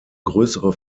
größere